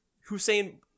hussein